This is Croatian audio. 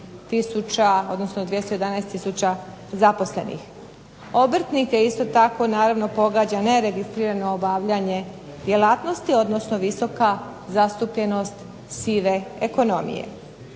odnosno 211 tisuća zaposlenika. Obrtnike isto tako naravno pogađa neregistrirano obavljanje djelatnosti, odnosno visoka zastupljenost sive ekonomije.